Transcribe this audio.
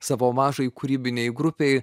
savo mažai kūrybinei grupei